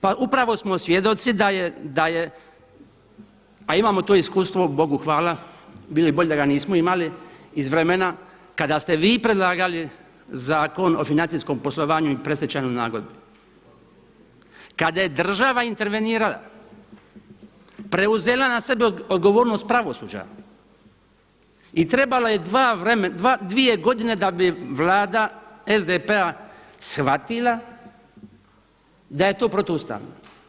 Pa upravo smo svjedoci da je, a imamo to iskustvo Bogu hvala, bilo bi bolje da ga nismo imali iz vremena kada ste vi predlagali Zakon o financijskom poslovanju i predstečajnoj nagodbi, kada je država intervenirala, preuzela na sebe odgovornost pravosuđa i trebalo je dvije godine da bi vlada SDP-a shvatila da je to protuustavno.